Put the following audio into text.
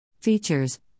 Features